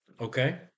Okay